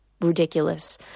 ridiculous